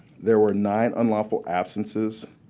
there were nine unlawful absences,